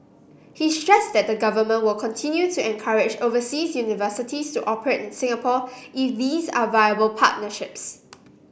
he stressed that the government will continue to encourage overseas universities to operate in Singapore if these are viable partnerships